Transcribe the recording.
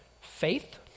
faith